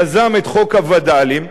יזם את חוק הווד"לים.